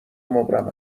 مبرم